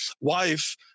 wife